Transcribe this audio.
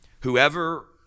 Whoever